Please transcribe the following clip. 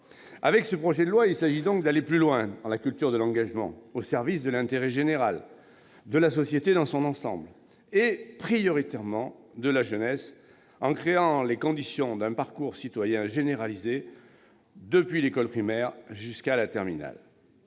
de ce projet de loi, il s'agit donc d'aller plus loin dans la culture de l'engagement au service de l'intérêt général, de la société dans son ensemble et, prioritairement, de la jeunesse, en créant les conditions d'un parcours citoyen généralisé, depuis l'école primaire jusqu'à la terminale.